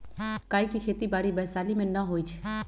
काइ के खेति बाड़ी वैशाली में नऽ होइ छइ